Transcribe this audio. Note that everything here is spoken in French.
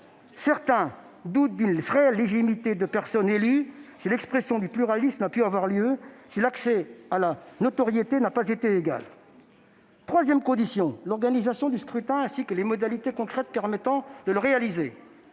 Certains doutent d'une réelle légitimité des personnes élues si l'expression du pluralisme n'a pu avoir lieu, si l'accès à la notoriété n'a pas été égal. Troisième condition : l'organisation du scrutin, ainsi que les modalités concrètes permettant de le mettre